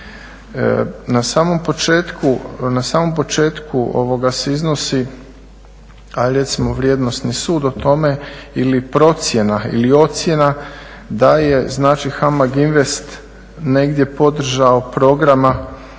Na samom početku ovoga se iznosi ajde recimo vrijednosni sud o tome ili procjena ili ocjena da je znači HAMAG INVEST negdje podržao programa